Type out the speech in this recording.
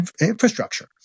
infrastructure